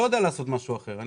שהוא לא יודע לעשות משהו אחר,